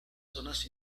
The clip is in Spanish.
zonas